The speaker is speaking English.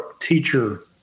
teacher